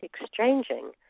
exchanging